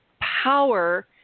power